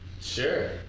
Sure